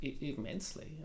immensely